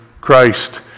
Christ